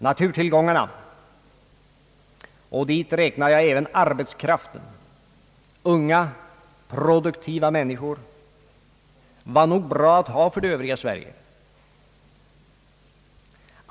Naturtill gångarna — och dit räknar jag även arbetskraften, unga, produktiva människor — var nog bra att ha för det övriga Sverige.